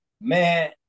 Man